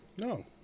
No